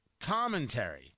commentary